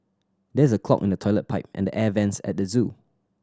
there is a clog in the toilet pipe and air vents at the zoo